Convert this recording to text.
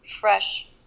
fresh